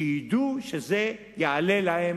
שידעו שזה יעלה להם,